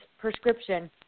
prescription